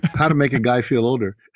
how to make a guy feel older